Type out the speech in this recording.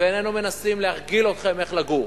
ואיננו מנסים להרגיל אתכם איך לגור.